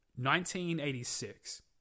1986